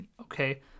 okay